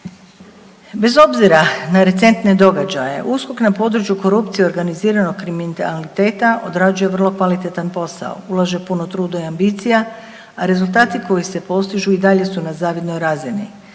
Bez obzira na recentne događaje, USKOK na području korupcije i organiziranog kriminaliteta odrađuje vrlo kvalitetan posao, ulaže puno truda i ambicija, a rezultati koji se postižu i dalje su na zavidnoj razini.